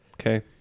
Okay